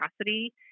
capacity